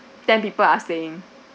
ten people are staying